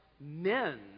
men